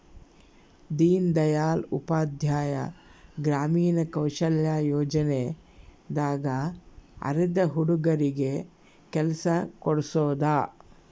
ದೀನ್ ದಯಾಳ್ ಉಪಾಧ್ಯಾಯ ಗ್ರಾಮೀಣ ಕೌಶಲ್ಯ ಯೋಜನೆ ದಾಗ ಅರೆದ ಹುಡಗರಿಗೆ ಕೆಲ್ಸ ಕೋಡ್ಸೋದ